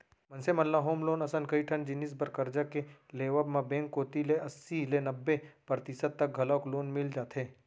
मनसे मन ल होम लोन असन कइ ठन जिनिस बर करजा के लेवब म बेंक कोती ले अस्सी ले नब्बे परतिसत तक घलौ लोन मिल जाथे